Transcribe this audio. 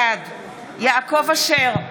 בעד יעקב אשר,